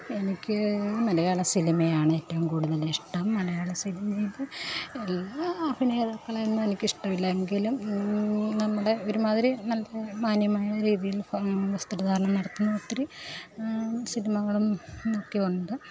എനിക്ക് മലയാള സിനിമയാണേറ്റവും കൂടുതലിഷ്ടം മലയാളസിനിമയിൽ എല്ലാ അഭിനേതാക്കളെയൊന്നും എനിക്കിഷ്ടമില്ല എങ്കിലും നമ്മുടെ ഒരുമാതിരി നല്ല മാന്യമായ രീതിയിലിപ്പം വസ്ത്രധാരണം നടത്തുന്ന ഒത്തിരി സിനിമകളും ഒക്കെയുണ്ട്